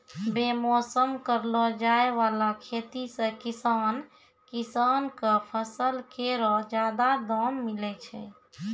बेमौसम करलो जाय वाला खेती सें किसान किसान क फसल केरो जादा दाम मिलै छै